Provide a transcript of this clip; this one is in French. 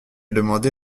demandé